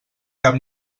cap